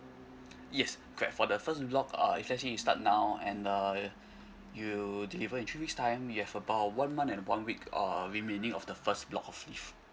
yes correct for the first block uh it's actually start now and uh you deliver in three weeks time you have about one month and one week of remaining of the first block of leave